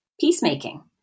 peacemaking